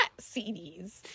CDs